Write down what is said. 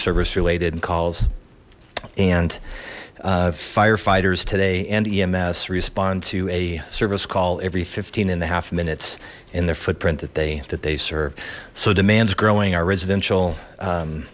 service related and calls and firefighters today and ems respond to a service call every fifteen and a half minutes in their footprint that they that they serve so demands growing our residential